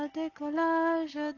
décollage